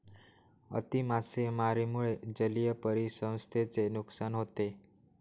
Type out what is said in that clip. अति मासेमारीमुळे जलीय परिसंस्थेचे नुकसान होते